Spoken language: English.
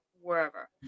wherever